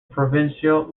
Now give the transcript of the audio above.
provincial